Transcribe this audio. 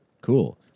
cool